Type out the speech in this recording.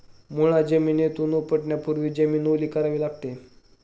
मुळा जमिनीतून उपटण्यापूर्वी जमीन ओली करावी लागते